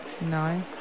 No